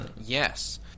Yes